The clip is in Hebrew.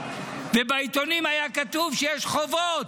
ובעיתונים היה כתוב שיש חובות,